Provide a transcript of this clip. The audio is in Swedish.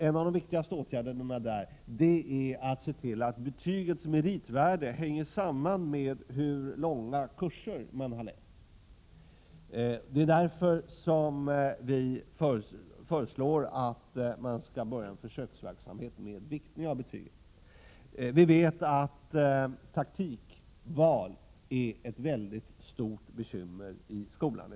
En av de viktigaste åtgärderna är att se till att betygets meritvärde hänger samman med hur långa kurser man har läst. Det är därför som vi föreslår att en försöksverksamhet med viktning av betyg skall genomföras. Vi vet att taktikval i dag är ett mycket stort bekymmer i skolan.